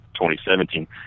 2017